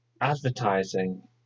advertising